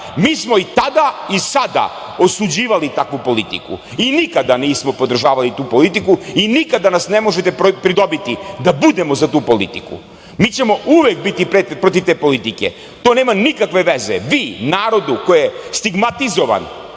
smo i tada i sada osuđivali takvu politiku i nikada nismo podržavali tu politiku i nikada nas ne možete pridobiti da budemo za tu politiku. Mi ćemo uvek biti protiv te politike. To nema nikakve veze. Vi narodu koji je stigmatizovan,